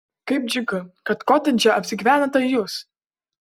kaip džiugu kad kotedže apsigyvenote jūs